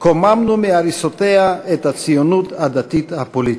"קוממנו מהריסותיה את הציונות הדתית הפוליטית".